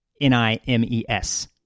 N-I-M-E-S